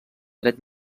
dret